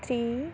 three